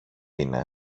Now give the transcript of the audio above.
είναι